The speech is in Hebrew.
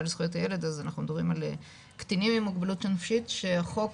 לזכויות הילד אז אנחנו מדברים על קטינים מוגבלות נפשית שהחוק